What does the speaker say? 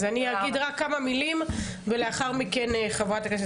אז אני אגיד רק כמה מילים ולאחר מכן חברת הכנסת